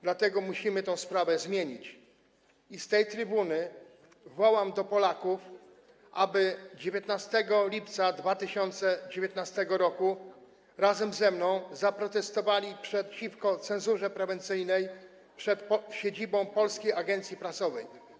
Dlatego musimy tę sprawę zmienić i z tej trybuny wołam do Polaków, aby 19 lipca 2019 r. razem ze mną zaprotestowali przeciwko cenzurze prewencyjnej przed siedzibą Polskiej Agencji Prasowej.